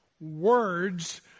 words